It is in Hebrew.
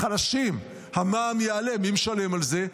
החלשים, המע"מ יעלה, מי משלם על זה?